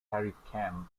hurricane